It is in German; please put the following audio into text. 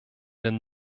den